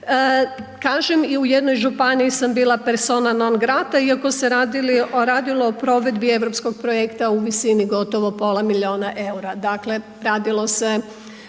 Kažem, i u jednoj županiji sam bila persona non grata iako se radilo o provedbi europskog projekta u visini gotovo pola milijuna eura.